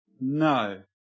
No